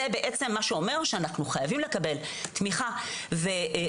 זה בעצם מה שאומר שאנחנו חייבים לקבל תמיכה ויציבות